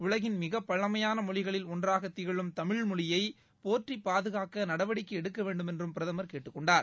உலகின் மிகப்பழமையான மொழிகளில் ஒன்றாக திகழும் தமிழ்மொழியை போற்றி பாதுகாக்க நடவடிக்கை எடுக்க வேண்டுமென்று பிரதமர் கேட்டுக் கொண்டார்